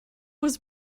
was